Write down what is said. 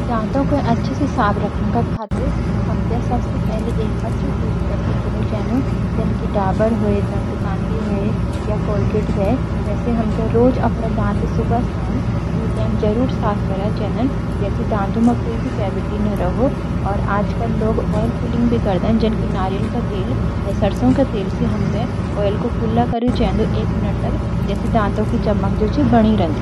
दांतों के अच्छा सी साफ रखन का खातिर हमके सबसी पहली एक अछू टूथपेस्ट चुन्यू चेंदू जन डाबर वे, दंतकांति वे या कोलगेट वैसी हमके रोज अपडा दांत द्वि टाइम जरूर साफ कर्या चेदन। जैसी दांत म कूई कैविटी नह राहु। और आजकल लोग ऑयल पुलिंग भी करदान जन की नारियल कु तेल या सरसों का तेल सी हमके कुल्ला करूं चंदू एक मिनट तक जेडी दांतों की चमक जु छ बनी रेन्दी।